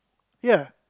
ya